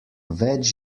več